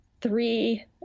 Three